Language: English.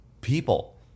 people